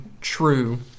true